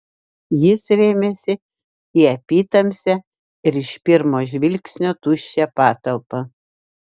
jis rėmėsi į apytamsę ir iš pirmo žvilgsnio tuščią patalpą